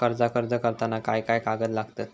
कर्जाक अर्ज करताना काय काय कागद लागतत?